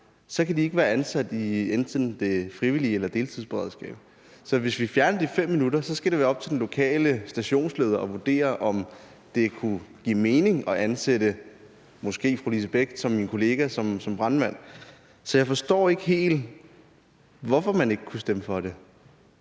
kan de ikke være ansat i enten det frivillige beredskab eller deltidsberedskabet. Hvis vi fjernede de 5 minutter, skulle det være op til den lokale stationsleder at vurdere, om det kunne give mening at ansætte måske fru Lise Bech som min kollega som brandmand, så jeg forstår ikke helt, hvorfor man ikke kan stemme for det.